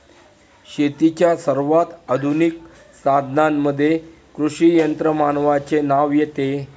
शेतीच्या सर्वात आधुनिक साधनांमध्ये कृषी यंत्रमानवाचे नाव येते